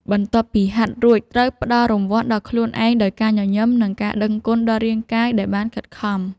បន្ទាប់ពីហាត់រួច ត្រូវផ្ដល់រង្វាន់ដល់ខ្លួនឯងដោយការញញឹម និងការដឹងគុណដល់រាងកាយដែលបានខិតខំ។